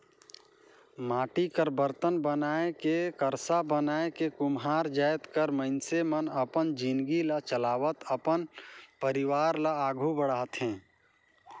माटी कर बरतन बनाए के करसा बनाए के कुम्हार जाएत कर मइनसे मन अपन जिनगी ल चलावत अपन परिवार ल आघु बढ़ाथे